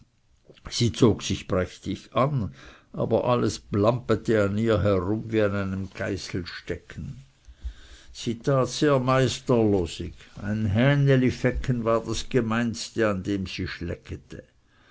sie zog sich prächtig an aber alles blampete an ihr herum wie an einem geißelstecken sie tat sehr meisterlosig ein hähnelifecken war das gemeinste an dem sie